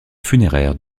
funéraire